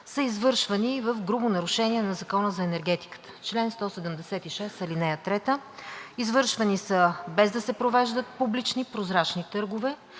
са извършвани в грубо нарушение на Закона за енергетиката – чл. 176, ал. 3. Извършвани са, без да се провеждат публични, прозрачни търгове,